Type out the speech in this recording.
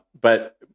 But-